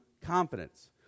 confidence